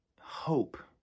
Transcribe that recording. hope